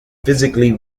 physically